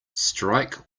strike